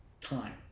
Time